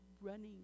running